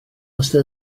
ystod